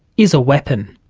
is a weapon.